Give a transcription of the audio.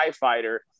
fighter